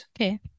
okay